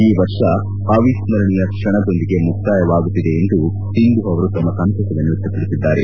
ಈ ವರ್ಷ ಅವಿಸ್ನರಣೀಯ ಕ್ಷಣದೊಂದಿಗೆ ಮುಕ್ತಾಯವಾಗುತ್ತಿದೆ ಎಂದು ಸಿಂಧು ಅವರು ತಮ್ಮ ಸಂತಸವನ್ನು ವ್ಯಕ್ತಪಡಿಸಿದ್ದಾರೆ